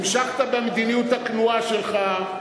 המשכת במדיניות הכנועה שלך,